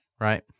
right